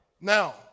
Now